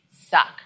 suck